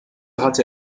hatte